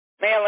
male